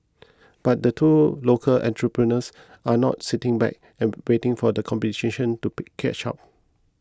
but the two local entrepreneurs are not sitting back and waiting for the competition to catch up